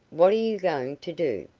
what are you going to do?